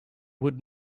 would